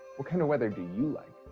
what kind of weather do you like?